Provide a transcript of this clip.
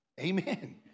Amen